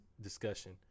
discussion